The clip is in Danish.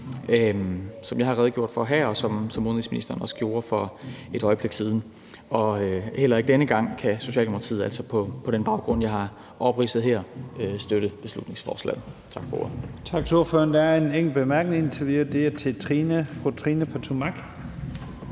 som jeg har redegjort for her, og som udenrigsministeren også gjorde for et øjeblik siden. Heller ikke denne gang kan Socialdemokratiet altså på den baggrund, jeg har opridset her, støtte beslutningsforslaget. Tak for ordet. Kl. 18:08 Første næstformand (Leif Lahn Jensen): Tak til